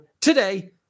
today